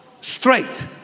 straight